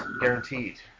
guaranteed